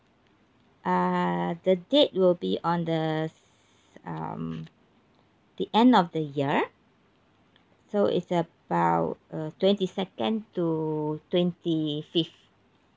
uh the date will be on the s~ um the end of the year so is about uh twenty second to twenty fifth